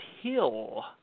Hill